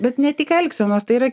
bet ne tik elgsenos tai yra